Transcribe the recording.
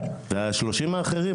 וה-30 האחרים,